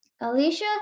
Alicia